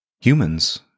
Humans